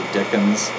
Dickens